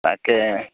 তাকে